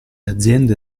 aziende